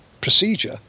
procedure